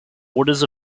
orders